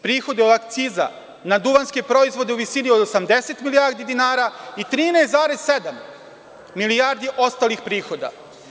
Prihodi od akciza na duvanske proizvode u visini od 80 milijardi dinara i 13,7 milijardi ostalih prihoda.